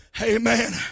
Amen